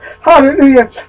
hallelujah